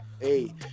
hey